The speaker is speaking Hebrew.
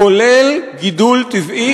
כולל גידול טבעי.